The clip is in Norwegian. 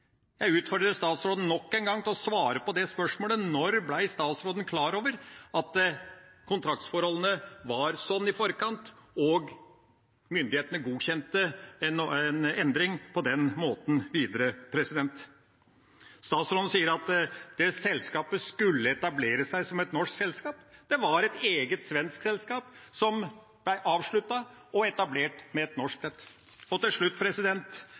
Jeg utfordrer statsråden nok en gang til å svare på det spørsmålet: Når ble statsråden klar over at kontraktsforholdene var slik i forkant, og at myndighetene godkjente en endring på den måten videre? Statsråden sier at det selskapet skulle etablere seg som et norsk selskap. Det var et eget svensk selskap som ble avsluttet, og etablert som et norsk selskap. Til slutt: